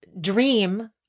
dream